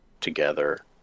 together